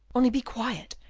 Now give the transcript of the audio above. only be quiet.